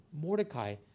Mordecai